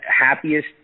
happiest